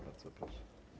Bardzo proszę.